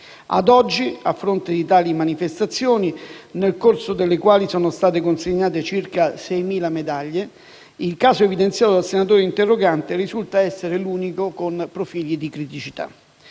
Ad oggi, a fronte di tali manifestazioni, nel corso delle quali sono state consegnate circa 6.000 medaglie, il caso evidenziato dal senatore interrogante risulta essere l'unico con profili di criticità.